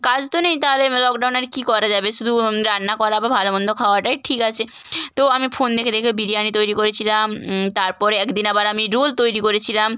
কাজ তো নেই তাহলে লকডাউনে আর কী করা যাবে শুধু রান্না করা বা ভালো মন্দ খাওয়াটাই ঠিক আছে তো আমি ফোন দেখে দেখে বিরিয়ানি তৈরি করেছিলাম তার পরে এক দিন আবার আমি রোল তৈরি করেছিলাম